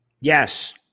Yes